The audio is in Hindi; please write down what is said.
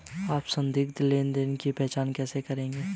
आप संदिग्ध लेनदेन की पहचान कैसे करेंगे?